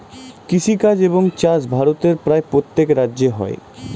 কৃষিকাজ এবং চাষ ভারতের প্রায় প্রত্যেক রাজ্যে হয়